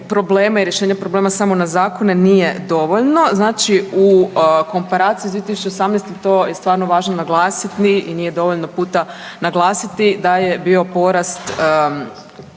problema i rješenje problema samo na zakone nije dovoljno. Znači u komparaciju s 2018. to je stvarno važno naglasiti i nije dovoljno puta naglasiti da je bio porast